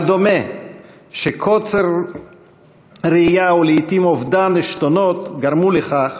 אבל דומה שקוצר ראייה ולעתים אובדן עשתונות גרמו לכך